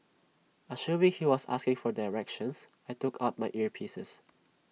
assuming he was asking for directions I took out my earpieces